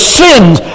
sins